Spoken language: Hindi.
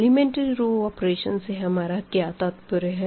एलीमेंट्री रो ऑपरेशन से हमारा क्या तात्पर्य है